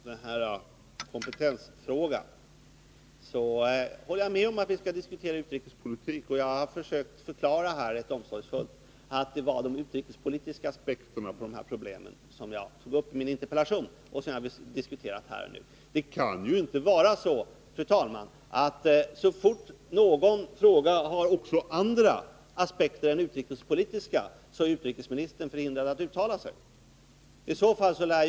Fru talman! När det först gäller kompetensfrågan håller jag med om att vi skall diskutera utrikespolitik, och jag har försökt att rätt omsorgsfullt förklara att det var de utrikespolitiska aspekterna på detta problem som jag tog upp i min interpellation och nu har diskuterat. Det kan inte vara så, fru talman, att så snart någon fråga har också andra aspekter än utrikespolitiska är utrikesministern förhindrad att uttala sig.